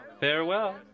farewell